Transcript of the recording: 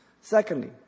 Secondly